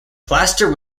plaster